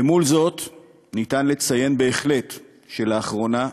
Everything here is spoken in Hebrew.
למול זה אפשר לציין בהחלט שלאחרונה,